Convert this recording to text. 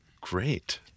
Great